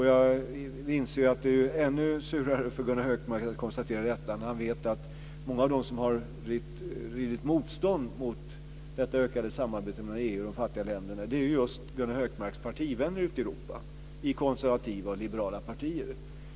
Jag inser att det är ännu surare för Gunnar Hökmark att konstatera detta när han vet att många av dem som har gjort motstånd mot detta ökade samarbete mellan EU och de fattiga länderna är just Gunnar Hökmarks partivänner ute i Europa, i konservativa och liberala partier.